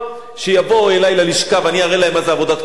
שיבואו אלי ללשכה ואני אראה להם מה זה עבודת קודש.